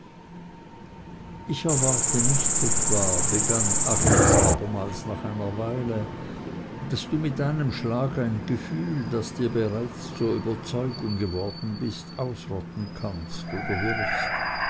ich erwarte nicht etwa begann agnes abermals nach einer weile daß du mit einem schlag ein gefühl das dir bereits zur überzeugung geworden ist ausrotten kannst oder wirst